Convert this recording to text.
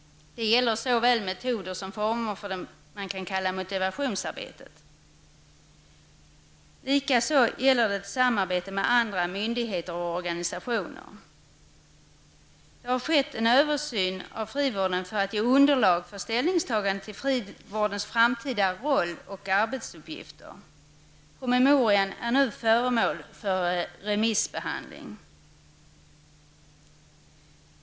Det gäller såväl metoder som former för det man kan kalla motivationsarbete. Likaså gäller det samarbete med andra myndigheter och organisationer. Det har skett en översyn av frivården för att ge underlag för ställningstagande till frivårdens framtida roll och arbetsuppgifter. Promemorian är nu föremål för remissbehandling.